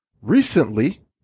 Recently